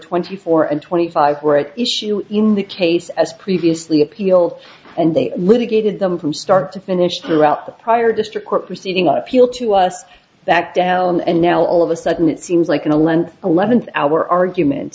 twenty four and twenty five were at issue in the case as previously appeal and they litigated them from start to finish throughout the prior district court proceeding live people to us that down and now all of a sudden it seems like in a lengthy eleventh hour argument